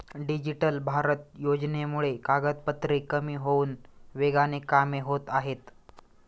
digital Bharat योजनेमुळे कागदपत्रे कमी होऊन वेगाने कामे होत आहेत